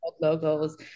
logos